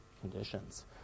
conditions